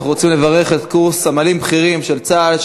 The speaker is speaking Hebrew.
אנחנו רוצים לברך את קורס סמלים בכירים של צה"ל,